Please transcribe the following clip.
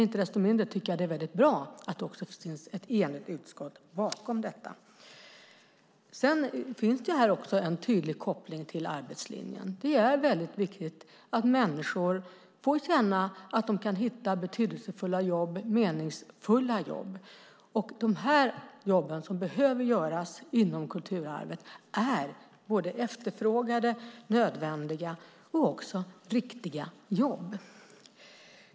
Icke desto mindre tycker jag att det är mycket bra att ett enigt utskott står bakom detta. Här finns en tydlig koppling till arbetslinjen. Det är viktigt att människor får känna att de kan hitta betydelsefulla och meningsfulla jobb. De jobb som behöver göras inom kulturarvet är efterfrågade, nödvändiga och riktiga jobb.